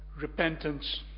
repentance